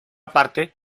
parte